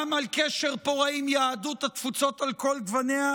גם על קשר פורה עם יהדות התפוצות על כל גווניה,